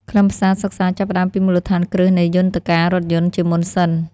ខ្លឹមសារសិក្សាចាប់ផ្តើមពីមូលដ្ឋានគ្រឹះនៃយន្តការរថយន្តជាមុនសិន។